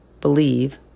Believe